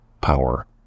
Power